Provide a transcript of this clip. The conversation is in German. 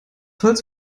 holz